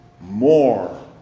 more